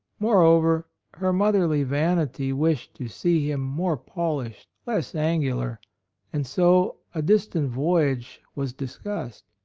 moreover, her motherly vanity wished to see him more polished, less angular and so a distant voy age was discussed.